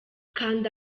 kanda